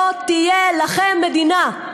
לא תהיה לכם מדינה.